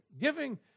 giving